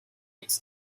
its